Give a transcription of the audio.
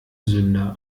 sünder